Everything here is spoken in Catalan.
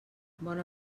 bona